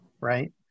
right